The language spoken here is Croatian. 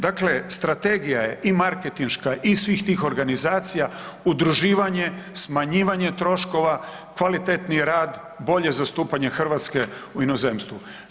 Dakle, strategija je i marketinška i svih tih organizacija, udruživanje, smanjivanje troškova, kvalitetniji rad, bolje zastupanje Hrvatske u inozemstvu.